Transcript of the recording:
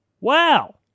Wow